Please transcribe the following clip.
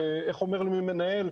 ואיך אומר לי מנהל,